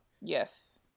Yes